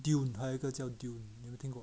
dune 还有一个叫 dune 你有听过